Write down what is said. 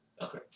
Okay